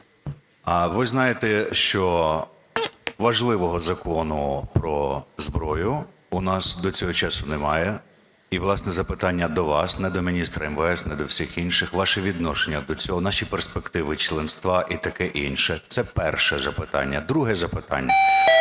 ви знаєте, що важливого Закону про зброю у нас до цього часу немає. І, власне, запитання до вас, не до міністра МВС, не до всіх інших, ваше відношення до цього, наші перспективи членства і таке інше. Це перше запитання. Друге запитання.